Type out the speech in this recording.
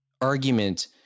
argument